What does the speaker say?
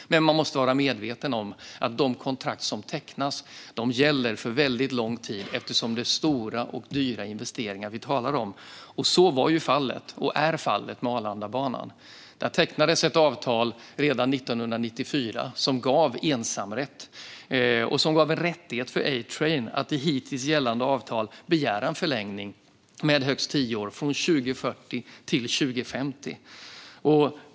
Men man måste vara medveten om att de kontrakt som tecknas gäller för väldigt lång tid eftersom det är stora och dyra investeringar vi talar om. Så var och är fallet med Arlandabanan. Där tecknades ett avtal redan 1994 som gav ensamrätt och en rättighet för A-Train att i hittills gällande avtal begära en förlängning med högst tio år, från 2040 till 2050.